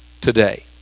today